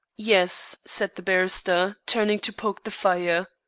yes, said the barrister, turning to poke the fire.